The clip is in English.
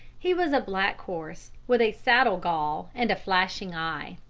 he was a black horse, with a saddle-gall and a flashing eye.